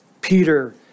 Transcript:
Peter